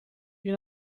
you